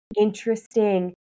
interesting